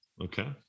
Okay